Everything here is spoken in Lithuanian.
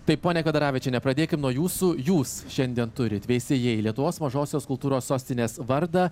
taip ponia kvedaravičiene pradėkim nuo jūsų jūs šiandien turit veisiejai lietuvos mažosios kultūros sostinės vardą